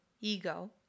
ego